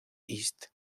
east